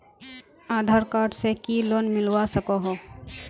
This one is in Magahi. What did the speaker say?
आधार कार्ड से की लोन मिलवा सकोहो?